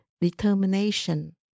determination